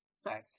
Sorry